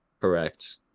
Correct